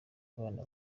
abana